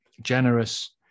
generous